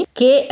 che